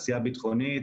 הביטחון,